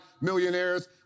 millionaires